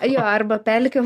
jo arba pelkių